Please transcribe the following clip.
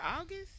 August